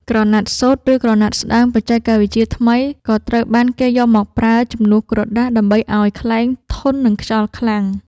ក្រណាត់សូត្រ ឬក្រណាត់ស្ដើងបច្ចេកវិទ្យាថ្មី ក៏ត្រូវបានគេយកមកប្រើជំនួសក្រដាសដើម្បីឱ្យខ្លែងធន់នឹងខ្យល់ខ្លាំង។